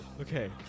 Okay